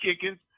chickens